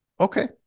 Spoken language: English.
Okay